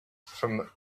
from